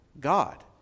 God